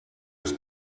des